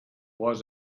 was